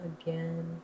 again